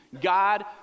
God